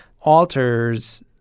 alters